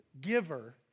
giver